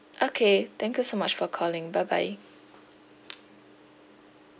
okay thank you so much for calling bye bye